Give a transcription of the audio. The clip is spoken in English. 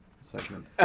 segment